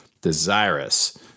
desirous